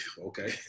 okay